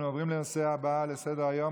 אנחנו עוברים לנושא הבא על סדר-היום,